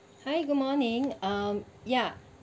hi good morning um ya